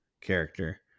character